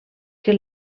que